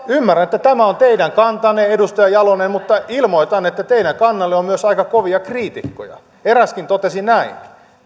ymmärrän että tämä on teidän kantanne edustaja jalonen mutta ilmoitan että teidän kannallenne on myös aika kovia kriitikkoja eräskin totesi näin